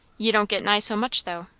you don't get nigh so much, though.